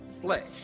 flesh